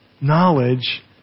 knowledge